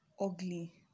ugly